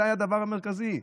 זה היה הדבר המרכזי.